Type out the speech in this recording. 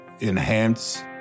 enhance